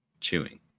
chewing